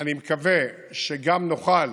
אני מקווה שגם נוכל